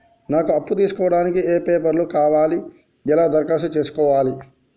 నాకు అప్పు తీసుకోవడానికి ఏ పేపర్లు కావాలి ఎలా దరఖాస్తు చేసుకోవాలి?